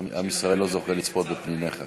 שתי דקות